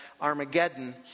Armageddon